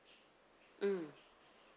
mm